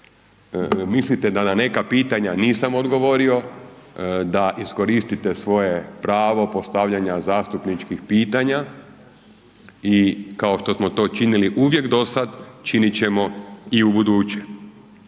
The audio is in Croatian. mislite da na neki pitanja nisam odgovorio, da iskoristite svoje pravo postavljanja zastupničkih pitanja i kao što smo to činili uvijek do sad, činit ćemo i ubuduće.